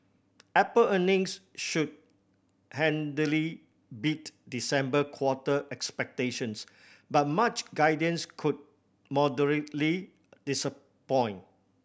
apple earnings should handily beat December quarter expectations but March guidance could moderately disappoint